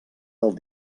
del